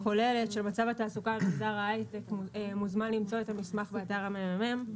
כוללת של מצב התעסוקה במגזר ההייטק מוזמן למצוא את המסמך באתר הממ"מ.